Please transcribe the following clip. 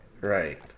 Right